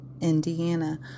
Indiana